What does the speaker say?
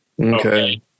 Okay